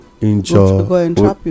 enjoy